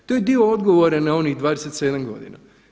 To je dio odgovora na onih 27 godina.